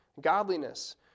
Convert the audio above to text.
godliness